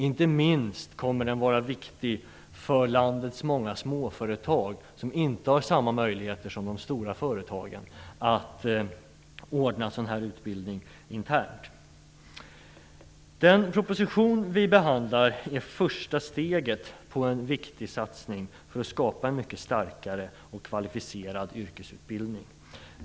Den kommer inte minst att vara viktigt för landets många småföretag, som inte har samma möjligheter som de stora företagen att ordna sådan utbildning internt. Den proposition vi behandlar är första steget på en viktig satsning för att skapa en mycket starkare och kvalificerad yrkesutbildning.